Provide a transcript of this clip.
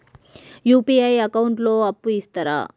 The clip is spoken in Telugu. యూ.పీ.ఐ అకౌంట్ లో అప్పు ఇస్తరా?